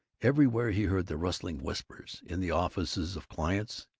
everywhere he heard the rustling whispers in the offices of clients,